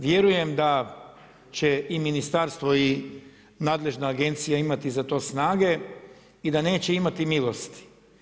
Vjerujem da će i ministarstvo i nadležna agencija imati za to snage i da neće imati milosti.